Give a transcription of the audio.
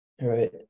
Right